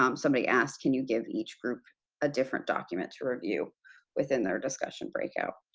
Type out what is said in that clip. um somebody asked, can you give each group a different document to review within their discussion break-out?